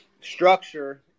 structure